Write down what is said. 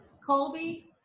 Colby